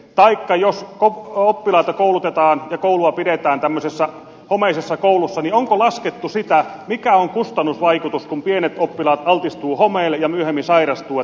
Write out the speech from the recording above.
taikka jos oppilaita koulutetaan ja koulua pidetään tämmöisessä homeisessa koulussa niin onko laskettu sitä mikä on kustannusvaikutus kun pienet oppilaat altistuvat homeelle ja myöhemmin sairastuvat